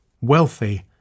wealthy